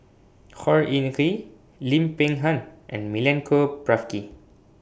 Khor Ean Ghee Lim Peng Han and Milenko Prvacki